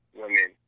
women